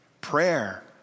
prayer